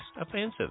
offensive